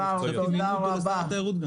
ענבר, תודה רבה.